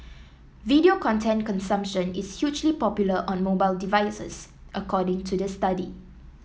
video content consumption is hugely popular on mobile devices according to the study